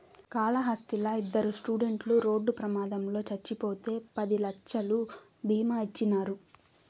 కాళహస్తిలా ఇద్దరు స్టూడెంట్లు రోడ్డు ప్రమాదంలో చచ్చిపోతే పది లక్షలు బీమా ఇచ్చినారు